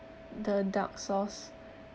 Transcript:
the dark sauce